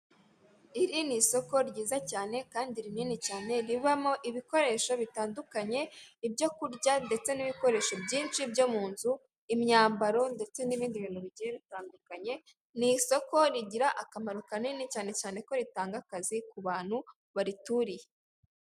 Iri ni isoko ryiza cyane kandi rinini cyane ribamo ibikoresho bitandukanye, ibyo kurya ndetse n'ibikoresho byinshi byo mu nzu imyambaro ndetse n'ibindi bintu bigiye bitandukanye, ni isoko rigira akamaro kanini cyane cyane kubera ritanga akazi ku bantu barituriye.